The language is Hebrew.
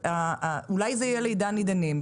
אולי זה יהיה לעידן ועידנים.